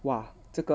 !wah! 这个